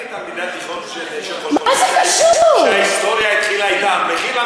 אל תהיה תלמידת תיכון שחושבת שההיסטוריה התחילה אתה.